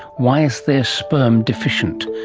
why is their sperm deficient?